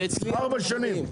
ארבע שנים.